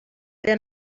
been